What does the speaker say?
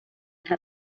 had